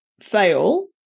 fail